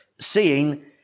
seeing